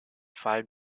five